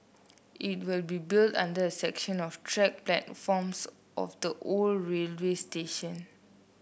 it will be built under a section of track platforms of the old railway station